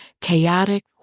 chaotic